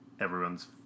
everyone's